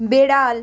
বেড়াল